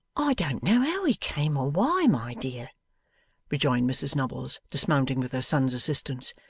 i don't know how he came or why, my dear rejoined mrs nubbles, dismounting with her son's assistance,